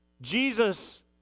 Jesus